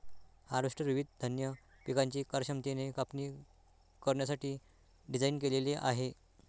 harvester विविध धान्य पिकांची कार्यक्षमतेने कापणी करण्यासाठी डिझाइन केलेले आहे